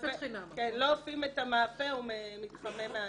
לא אופים את המאפה, הוא מתחמם מהאנטנה.